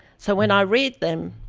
so when i read them.